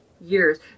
years